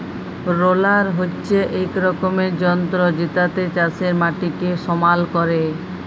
roller হচ্যে এক রকমের যন্ত্র জেতাতে চাষের মাটিকে সমাল ক্যরে